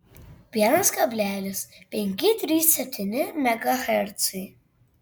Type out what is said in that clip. vienas kablelis penki trys septyni megahercai